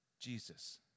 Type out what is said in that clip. Jesus